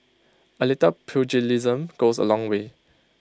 A little pugilism goes A long way